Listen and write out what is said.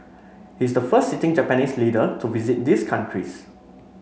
he is the first sitting Japanese leader to visit these countries